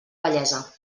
vellesa